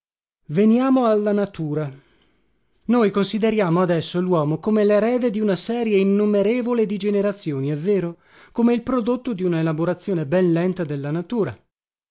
veniamo alla natura noi consideriamo adesso luomo come lerede di una serie innumerevole di generazioni è vero come il prodotto di una elaborazione ben lenta della natura